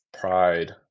pride